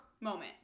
moment